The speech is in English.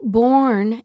born